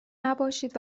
نباشید